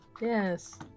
yes